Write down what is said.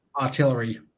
artillery